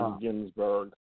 Ginsburg